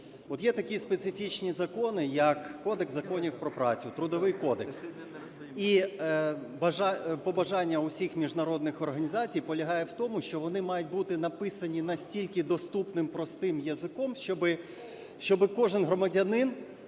є такі специфічні закони, як Кодекс законів про працю, Трудовий кодекс, і побажання всіх міжнародних організацій полягає в тому, що вони мають бути написані настільки доступним простим язиком, щоб кожен громадянин,